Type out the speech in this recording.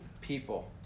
people